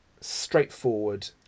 straightforward